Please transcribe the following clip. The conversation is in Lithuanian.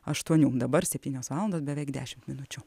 aštuonių dabar septynios valandos beveik dešimt minučių